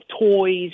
toys